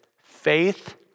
faith